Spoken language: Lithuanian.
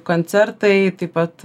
koncertai taip pat